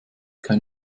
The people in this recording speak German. kein